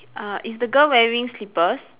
uh is the girl wearing slippers